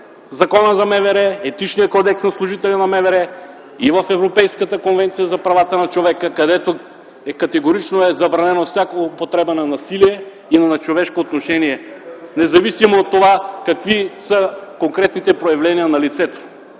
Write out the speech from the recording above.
Закона за МВР, Етичния кодекс на служителя на МВР, и в Европейската конвенция за правата на човека, където категорично е забранено всякаква употреба на насилие и на нечовешко отношение, независимо от това какви са конкретните проявления на лицето.